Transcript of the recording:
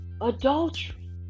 adultery